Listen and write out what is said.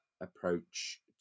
approach